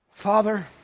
Father